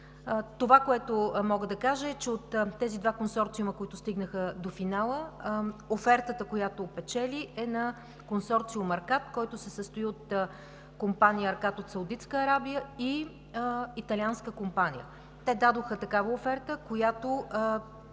Това, което мога да кажа, e, че от двата консорциума, които стигнаха до финала, офертата, която печели, е на консорциум „Аркат“, който се състои от компания „Аркат“ от Саудитска Арабия и италианска компания. Те дадоха оферта, която